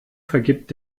vergibt